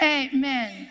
amen